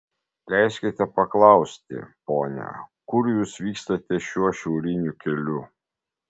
leiskite paklausti pone kur jūs vykstate šiuo šiauriniu keliu